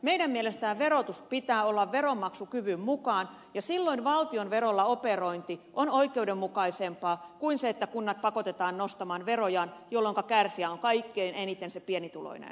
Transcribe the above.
meidän mielestämme verotuksen pitää olla veronmaksukyvyn mukaan ja silloin valtion verolla operointi on oikeudenmukaisempaa kuin se että kunnat pakotetaan nostamaan verojaan jolloinka kärsijä on kaikkein eniten se pienituloinen